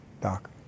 Doc